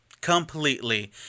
completely